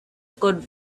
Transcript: could